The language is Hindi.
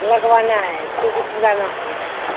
लगवाना है क्योंकि पुराना हो गया है